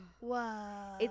Wow